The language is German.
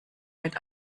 mit